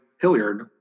Hilliard